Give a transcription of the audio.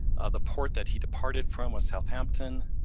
the port that he departed from was south hampton.